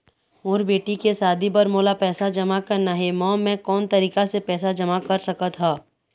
मोर बेटी के शादी बर मोला पैसा जमा करना हे, म मैं कोन तरीका से पैसा जमा कर सकत ह?